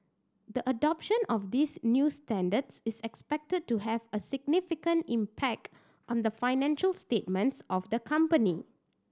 the adoption of these new standards is expected to have a significant impact on the financial statements of the company